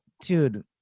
dude